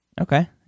Okay